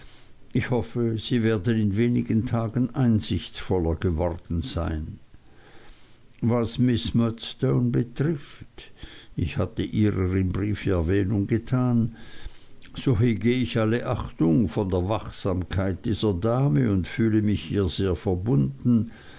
ich hoffe sie werden in wenigen tagen einsichtsvoller geworden sein was miß murdstone betrifft ich hatte ihrer im briefe erwähnung getan so hege ich alle achtung von der wachsamkeit dieser dame und fühle mich ihr sehr verbunden